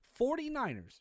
49ers